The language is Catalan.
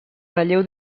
relleu